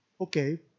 Okay